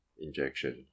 injection